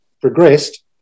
progressed